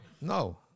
no